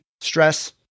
stress